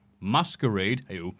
masquerade